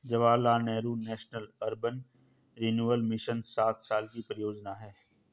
Jawaharlal Nehru national urban renewal mission सात साल की परियोजना है